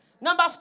Number